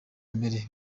mbere